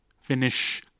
finish